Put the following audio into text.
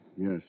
Yes